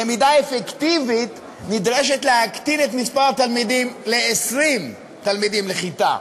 בלמידה אפקטיבית נדרש להקטין את מספר התלמידים ל-20 תלמידים לכיתה.